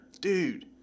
Dude